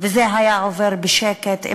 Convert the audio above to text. וזה היה עובר בשקט.